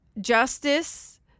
justice